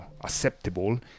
acceptable